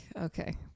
okay